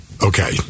Okay